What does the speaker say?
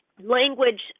language